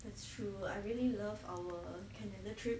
it's true I really love our canada trip